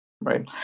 right